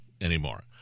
anymore